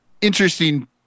interesting